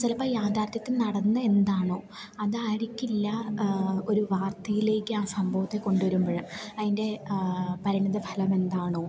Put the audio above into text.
ചിലപ്പം യാഥാര്ത്ഥ്യത്തിൽ നടന്ന് എന്താണോ അതായിരിക്കില്ല ഒരു വാർത്തയിലേക്കാ സംഭവത്തെ കൊണ്ട് വരുമ്പോൾ അതിന്റെ പരിമിത ഫലമെന്താണോ